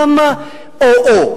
למה או-או?